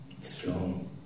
strong